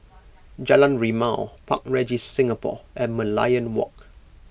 Jalan Rimau Park Regis Singapore and Merlion Walk